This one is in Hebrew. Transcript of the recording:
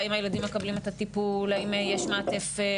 האם הילדים מקבלים את הטיפול האם יש מעטפת,